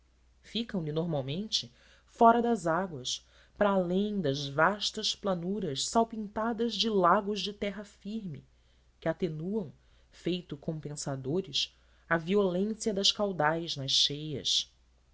rio ficam lhe normalmente fora das águas para além das vastas planuras salpintadas de lagos de terra firme que atenuam feito compensadores a violência das caudais nas cheias